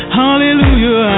hallelujah